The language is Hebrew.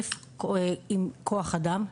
ראשית, כוח אדם.